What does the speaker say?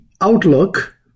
outlook